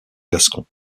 gascon